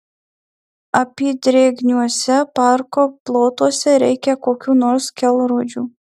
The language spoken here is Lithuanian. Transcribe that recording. apydrėgniuose parko plotuose reikia kokių nors kelrodžių